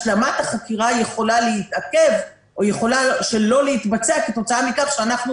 השלמת החקירה יכולה להתעכב או שיכולה לא להתבצע כתוצאה מכך שאנחנו